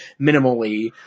minimally